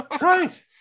Right